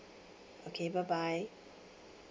okay bye bye